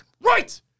right